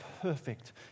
perfect